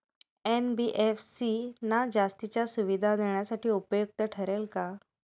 NBFC ना जास्तीच्या सुविधा देण्यासाठी उपयुक्त ठरेल का?